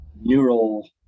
neural